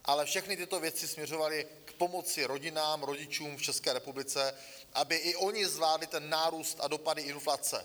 Ale všechny tyto věci směřovaly k pomoci rodinám, rodičům v České republice, aby i oni zvládli nárůst a dopady inflace.